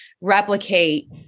replicate